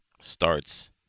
starts